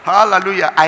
Hallelujah